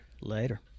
Later